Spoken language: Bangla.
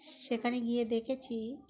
সেখানে গিয়ে দেখেছি